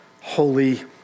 holy